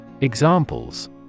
Examples